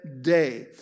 day